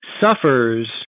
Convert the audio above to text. suffers